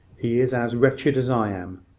he is as wretched as i am.